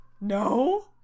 No